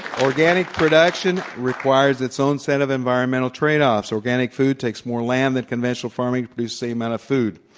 organic production requires its own set of environm ental trade-offs. organic food takes more land than conventional farming for the same am ount of food.